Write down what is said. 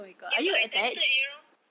eh but I tempted you know